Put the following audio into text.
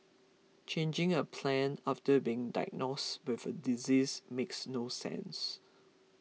changing a plan after being diagnosed with a disease makes no sense